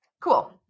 Cool